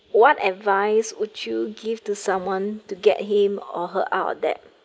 what advice would you give to someone to get him or her out that